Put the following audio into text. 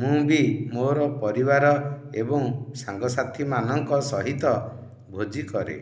ମୁଁ ବି ମୋର ପରିବାର ଏବଂ ସାଙ୍ଗସାଥୀ ମାନଙ୍କ ସହିତ ଭୋଜି କରେ